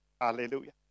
Hallelujah